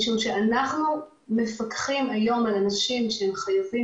אנחנו בעצם מפקחים היום על אנשים שחייבים